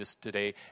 today